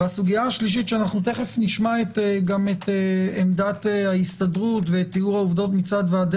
הסוגיה השלישית שתכף נשמע גם את עמדת ההסתדרות ואת תיאור העובדות מצד ועדי